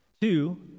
Two